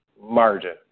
margin